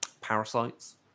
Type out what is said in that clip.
Parasites